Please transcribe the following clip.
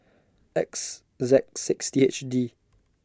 X Z six T H D